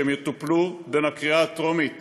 שהם יטופלו בין הקריאה הטרומית